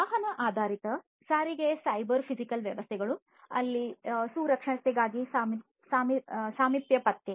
ವಾಹನ ಆಧಾರಿತ ಸಾರಿಗೆ ಸೈಬರ್ ಫಿಸಿಕಲ್ ವ್ಯವಸ್ಥೆಗಳು ಅಲ್ಲಿ ಸುರಕ್ಷತೆಗಾಗಿ ಸಾಮೀಪ್ಯ ಪತ್ತೆ